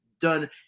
done